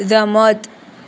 રમત